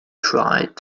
tried